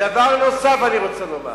ודבר נוסף אני רוצה לומר.